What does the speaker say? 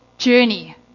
journey